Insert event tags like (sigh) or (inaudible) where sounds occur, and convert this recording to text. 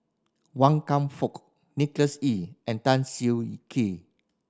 Wan Kam Fook Nicholas Ee and Tan Siah (unintelligible) Kwee